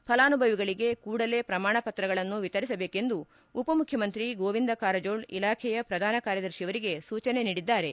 ಫಲಾನುಭವಿಗಳಿಗೆ ಕೂಡಲೇ ಶ್ರಮಾಣ ಪತ್ರಗಳನ್ನು ವಿತರಿಸಬೇಕೆಂದು ಉಪಮುಖ್ಯಮಂತ್ರಿ ಗೋವಿಂದ್ ಕಾರಜೋಳ ಇಲಾಖೆಯ ಪ್ರಧಾನ ಕಾರ್ಯದರ್ಶಿಯವರಿಗೆ ಸೂಚನೆ ನೀಡಿದ್ದಾರೆ